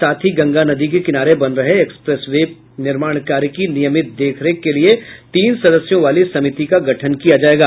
साथ ही गंगा नदी के किनारे बन रहे एक्सप्रेस वे निर्माण कार्य की नियमित देख रेख के लिए तीन सदस्यों वाली समिति का गठन किया जायेगा